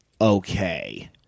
okay